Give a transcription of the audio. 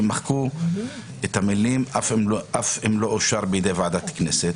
מחקו את המילים "אף אם לא אושר בידי ועדה של הכנסת",